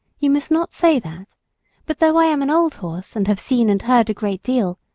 you must not say that but though i am an old horse, and have seen and heard a great deal,